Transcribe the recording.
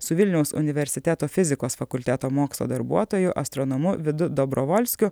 su vilniaus universiteto fizikos fakulteto mokslo darbuotoju astronomu vidu dobrovolskiu